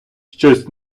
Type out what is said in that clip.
щось